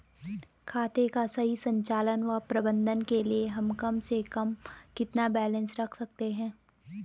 खाते का सही संचालन व प्रबंधन के लिए हम कम से कम कितना बैलेंस रख सकते हैं?